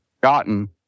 gotten